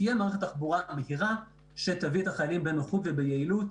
תהיה מערכת תחבורה מהירה שתביא את החיילים בנוחות וביעילות